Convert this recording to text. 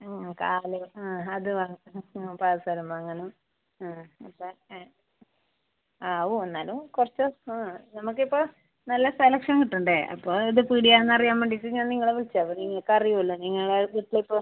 ആ കാല് ആ അത് വാങ്ങണം ആ പാദസരം വാങ്ങണം ആ അപ്പോൾ ആവും എന്നാലും കുറച്ച് ആ നമ്മൾക്ക് ഇപ്പോൾ നല്ല സെലക്ഷൻ കിട്ടണ്ടേ അപ്പോൾ ഏത് പീടികയാണെന്ന് അറിയാൻ വേണ്ടിയിട്ട് ഞാൻ നിങ്ങളെ വിളിച്ചത് നിങ്ങൾക്ക് അറിയാമല്ലോ നിങ്ങളെ വീട്ടിൽ ഇപ്പോൾ